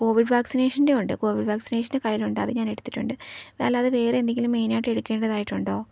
Covid വാക്സിനേഷൻ്റെ ഉണ്ട് Covid വാക്സിനേഷന്റേതു കയ്യിലുണ്ട് ഞാൻ എടുത്തിട്ടണ്ട് അത് വേറെയെന്തെങ്കിലും മെയിനായിട്ടെടുക്കേണ്ടതായിട്ടുണ്ടോ